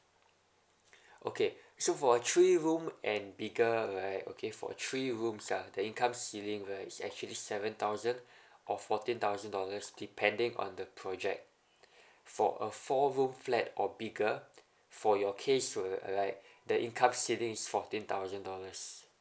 okay so for a three room and bigger right okay for a three rooms ah their income ceiling right is actually seven thousand or fourteen thousand dollars depending on the project for a four room flat or bigger for your case will like the income ceiling is fourteen thousand dollars